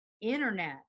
internet